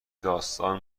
داستان